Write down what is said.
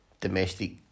domestic